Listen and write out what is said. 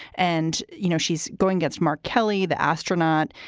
and, you know, she's going gets mark kelly, the astronaut.